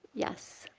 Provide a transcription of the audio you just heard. yes.